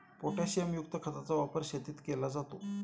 पोटॅशियमयुक्त खताचा वापर शेतीत केला जातो